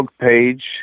page